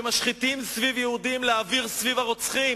שמשיתים סביב יהודים, להעביר סביב הרוצחים,